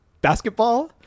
basketball